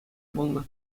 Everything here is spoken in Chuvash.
пулнӑ